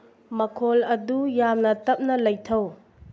ꯃꯈꯣꯜ ꯑꯗꯨ ꯌꯥꯝꯅ ꯇꯞꯅ ꯂꯩꯊꯧ